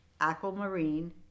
aquamarine